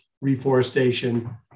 reforestation